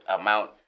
amount